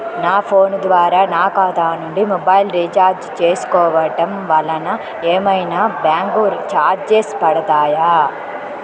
నా ఫోన్ ద్వారా నా ఖాతా నుండి మొబైల్ రీఛార్జ్ చేసుకోవటం వలన ఏమైనా బ్యాంకు చార్జెస్ పడతాయా?